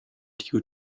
due